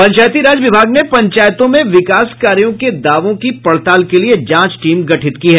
पंचायती राज विभाग ने पंचायतों में विकास कार्यों के दावों की पड़ताल के लिए जांच टीम गठित की है